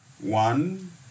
One